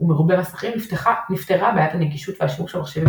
ומרובי מסכים נפתרה בעיית הנגישות והשימוש במחשבים